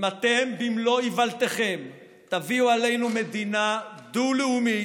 אם אתם במלוא איוולתכם תביאו עלינו מדינה דו-לאומית,